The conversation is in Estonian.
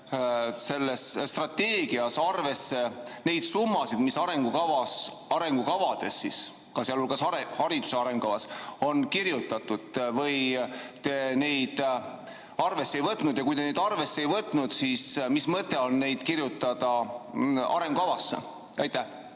selles strateegias arvesse neid summasid, mis arengukavades, sh hariduse arengukavas on ette nähtud, või te neid arvesse ei võtnud? Ja kui te neid arvesse ei võtnud, siis mis mõte on neid kirjutada arengukavasse? Aitäh!